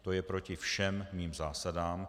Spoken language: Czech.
To je proti všem mým zásadám.